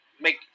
make